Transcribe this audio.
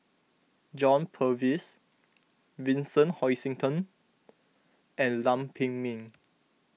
John Purvis Vincent Hoisington and Lam Pin Min